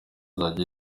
azajya